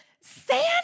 Santa